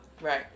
Right